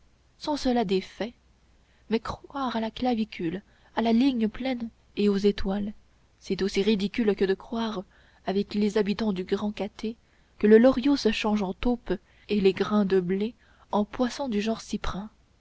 sont-ce là des faits mais croire à la clavicule à la ligne pleine et aux étoiles c'est aussi ridicule que de croire avec les habitants du grand cathay que le loriot se change en taupe et les grains de blé en poisson du genre